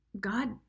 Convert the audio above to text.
God